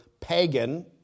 pagan